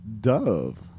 Dove